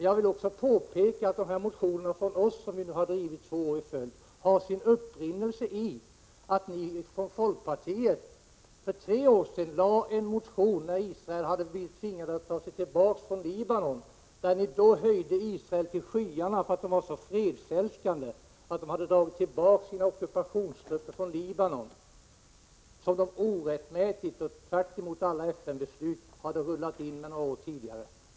Jag vill också påpeka att motionerna från oss, som vi nu har drivit två år i följd, har sin upprinnelse i att ni från folkpartiet för tre år sedan när Israel tvingats dra sig tillbaka från Libanon, väckte en motion där ni höjde Israel till skyarna för att det var så fredsälskande att det från Libanon hade dragit tillbaka sina ockupationstrupper, som orättmätigt och tvärtemot alla FN beslut hade rullat in några år tidigare.